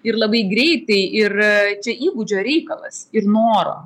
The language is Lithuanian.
ir labai greitai ir čia įgūdžio reikalas ir noro